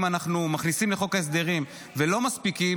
אם אנחנו מכניסים לחוק ההסדרים ולא מספיקים,